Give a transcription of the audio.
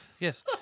Yes